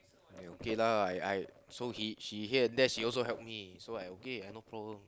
then okay lah I I so he she here and there she also help me so I okay I no problem